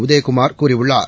உதயகுமார் கூறியுள்ளார்